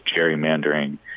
gerrymandering